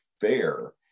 fair